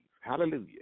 Hallelujah